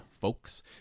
folks